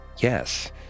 Yes